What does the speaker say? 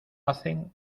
hacen